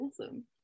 awesome